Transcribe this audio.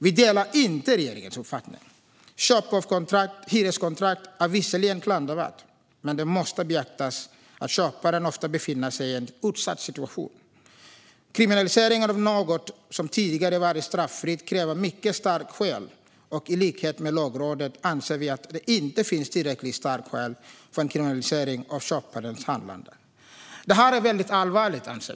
Vi delar inte regeringens uppfattning. Köp av hyreskontrakt är visserligen klandervärt, men det måste beaktas att köparen ofta befinner sig i en utsatt situation. Kriminalisering av något som tidigare varit straffritt kräver mycket starka skäl, och i likhet med Lagrådet anser vi att det inte finns tillräckligt starka skäl för en kriminalisering av köparens handlande. Vi anser att detta är mycket allvarligt.